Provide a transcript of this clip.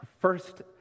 first